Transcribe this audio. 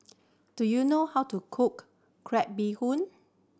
do you know how to cook crab bee hoon